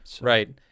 Right